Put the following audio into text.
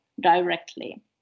directly